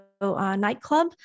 Nightclub